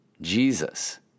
Jesus